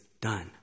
done